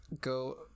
go